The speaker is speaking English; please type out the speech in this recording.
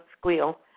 squeal